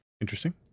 Interesting